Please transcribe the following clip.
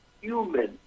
human